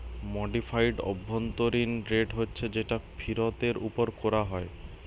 modified অভ্যন্তরীণ rate হচ্ছে যেটা ফিরতের উপর কোরা হয়